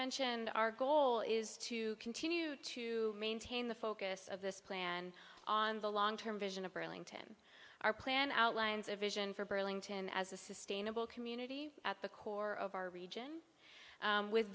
mentioned our goal is to continue to maintain the focus of this plan on the long term vision of burlington our plan outlines a vision for burlington as a sustainable community at the core of our region with